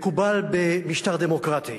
מקובל במשטר דמוקרטי